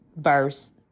verse